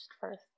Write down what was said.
first